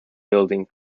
building